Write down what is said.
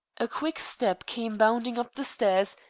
a quick step came bounding up the stairs,